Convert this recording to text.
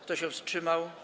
Kto się wstrzymał?